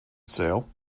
sale